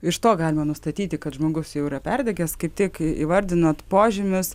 iš to galima nustatyti kad žmogus jau yra perdegęs kaip tik įvardinot požymius